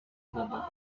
ugomba